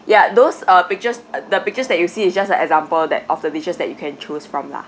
ya those uh pictures uh the pictures that you see is just a example that of the dishes that you can choose from lah